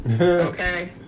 Okay